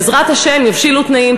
בעזרת השם יבשילו התנאים,